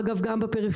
אגב גם בפריפריה,